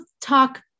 talk